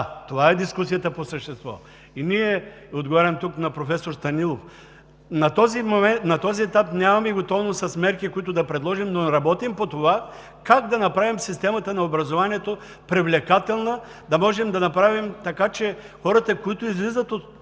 това е дискусията по същество и ние, отговарям тук на професор Станилов, на този етап нямаме готовност с мерки, които да предложим. Но работим по това как да направим системата на образованието привлекателна, да можем да направим така, че хората, които излизат от